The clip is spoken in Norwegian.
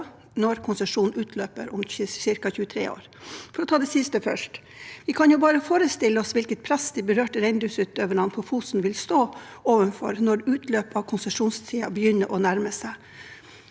når konsesjonen utløper om ca. 23 år. For å ta det siste først: Vi kan jo bare forestille oss hvilket press de berørte reindriftsutøverne på Fosen vil stå overfor når utløpet av konsesjonstiden begynner å nærme seg.